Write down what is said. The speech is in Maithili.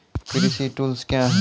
कृषि टुल्स क्या हैं?